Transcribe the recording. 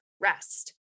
rest